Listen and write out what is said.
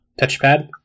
touchpad